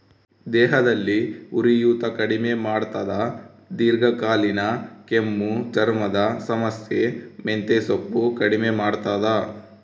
ದೇಹದಲ್ಲಿ ಉರಿಯೂತ ಕಡಿಮೆ ಮಾಡ್ತಾದ ದೀರ್ಘಕಾಲೀನ ಕೆಮ್ಮು ಚರ್ಮದ ಸಮಸ್ಯೆ ಮೆಂತೆಸೊಪ್ಪು ಕಡಿಮೆ ಮಾಡ್ತಾದ